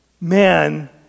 man